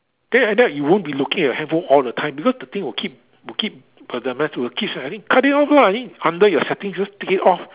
then and that it won't be locate your phone all the time because the thing will keep will keep but the math will keep just I think cut it off lah it's under your settings just take it off